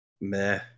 meh